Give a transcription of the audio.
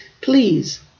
please